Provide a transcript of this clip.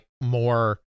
more